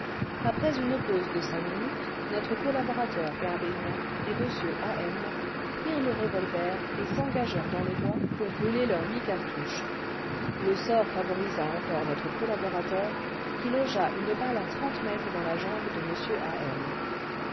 après une pause de cinq minutes notre collaborateur grardenia et m a m prirent les revolvers et s'engagèrent dans le bois pour brûler leurs huit cartouches le sort favorisa encore notre collaborateur qui logea une balle à trente mètres dans la jambe de